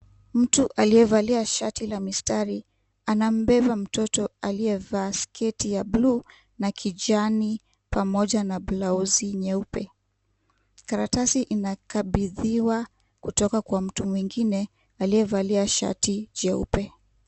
Mtu aliyevalia shati la mistari anambeba mtoto aliyevaa sketi ya buluu na kijani pamoja na blausi nyeupe, karatasi inakabithiwa kutoka kwa mtu mwingine aliyevalia shati jeupe.